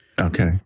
Okay